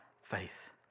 faith